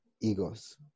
egos